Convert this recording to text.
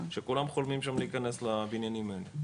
שכולם חולים שם להיכנס לבניינים האלה.